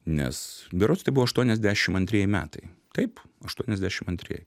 nes berods tai buvo aštuoniasdešimt antrieji metai taip aštuoniasdešimt antrieji